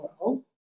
world